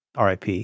RIP